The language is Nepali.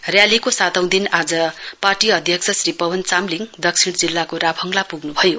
र्यालीको सातौ दिन आज पार्टी अध्यक्ष श्री पवन चामलिङ दक्षिण जिल्लाको राभाङ्ला प्ग्नुभयो